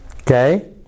Okay